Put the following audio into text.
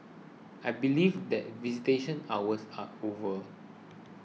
I believe that visitation hours are over